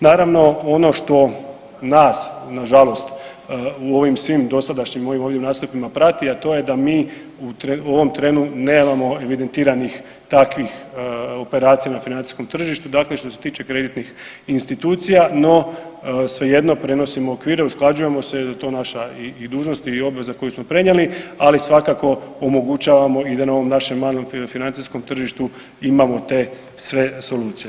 Naravno ono što nas, nažalost, u ovim svim dosadašnjim mojim ovdje nastupima prati, a to je da mi u ovom trenu nemamo evidentiranih takvih operacija na financijskom tržištu, dakle, što se tiče kreditnih institucija, no, svejedno prenosimo okvire, usklađujemo se, jer je to naša dužnost i obaveza koju smo prenijeli, ali svakako omogućavamo i da na ovom našem malom financijskom tržištu imamo te sve solucije.